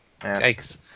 Yikes